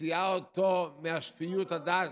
מוציאים אותו משפיות הדעת,